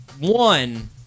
one